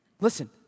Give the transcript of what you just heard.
listen